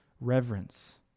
reverence